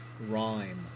rhyme